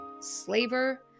slaver